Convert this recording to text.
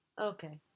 Okay